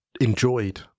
enjoyed